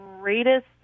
greatest